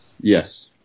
Yes